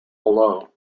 below